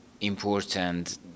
important